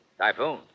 Typhoon